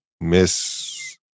Miss